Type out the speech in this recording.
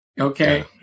Okay